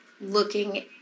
looking